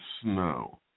snow